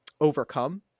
overcome